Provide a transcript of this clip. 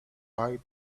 white